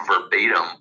verbatim